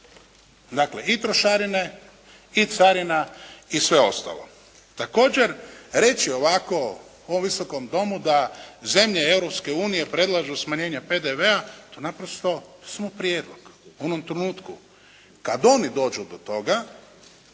Dakle, i trošarine, i carina i sve ostalo. Također, reći ovako u ovom Visokom domu da zemlje Europske unije predlažu smanjenje PDV-a to je naprosto samo prijedlog. U onom trenutku kad oni dođu do toga